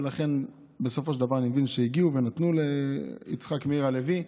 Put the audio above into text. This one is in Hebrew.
ולכן בסופו של דבר אני מבין שהגיעו ונתנו למאיר יצחק הלוי.